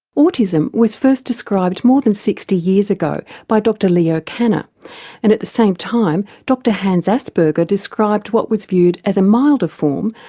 autism was first described more than sixty years ago by dr leo kanner and at the same time dr hans asperger described what was viewed as a milder form,